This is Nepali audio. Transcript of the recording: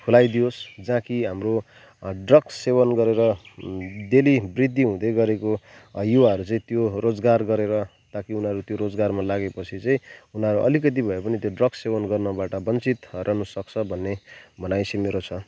खुलाइदिओस् जहाँ कि हाम्रो ड्रग्स सेवन गरेर डेली वृद्धि हुँदै गरेको युवाहरू चाहिँ त्यो रोजगार गरेर ता कि उनीहरू त्यो रोजगारमा लागेपछि चाहिँ उनीहरू अलिकति भए पनि त्यो ड्रग्स सेवन गर्नबाट बञ्चित रहनु सक्छ भन्ने भनाइ चाहिँ मेरो छ